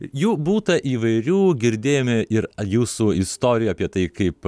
jų būta įvairių girdėjome ir jūsų istorijų apie tai kaip